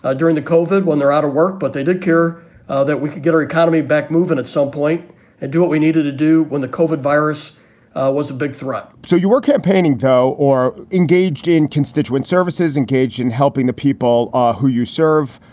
ah during the colford when they're out of work. but they did care ah that we could get our economy back, moving at some so point and do what we needed to do when the covert virus was a big threat so you were campaigning, though, or engaged in constituent services, engaged in helping the people ah who you serve.